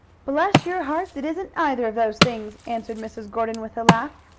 bless your hearts! it isn't either of those things, answered mrs. gordon, with a laugh.